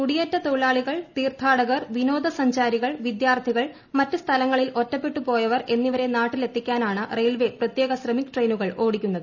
കുടിയേറ്റ തൊഴിലാളികൾ തീർത്ഥാടകർ വിനോദസഞ്ചാരികൾ വിദ്യാർത്ഥികൾ മറ്റ് സ്ഥലങ്ങളിൽ ഒറ്റപ്പെട്ടു പോയവർ എന്നിവരെ നാട്ടിലെത്തിക്കാനാണ് റെയിൽവേ പ്രത്യേക ശ്രമിക് ട്രെയിനുകൾ ഓടിക്കുന്നത്